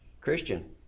Christian